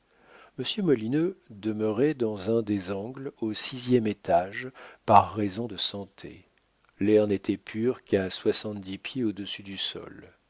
molineux demeurait dans un des angles au sixième étage par raison de santé l'air n'était pur qu'à soixante-dix pieds au-dessus du sol